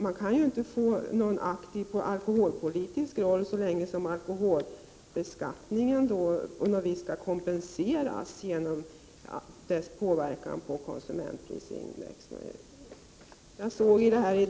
Man kan inte föra någon aktiv alkoholpolitik så länge som alkoholbeskattningen på något sätt skall kompenseras genom dess påverkan på konsumentprisindex.